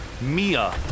Mia